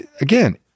again